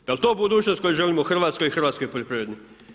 Pa je li to budućnost koju želimo Hrvatskoj i hrvatskoj poljoprivredi?